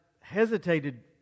hesitated